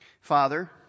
Father